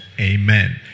Amen